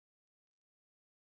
oh yes